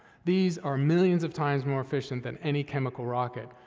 these are millions of times more efficient than any chemical rocket,